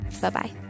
Bye-bye